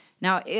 Now